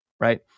right